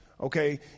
Okay